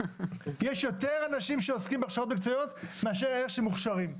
יש יותר אנשים שעוסקים בהכשרות מקצועיות מאשר אלה שמוכשרים.